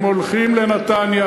הם הולכים לנתניה,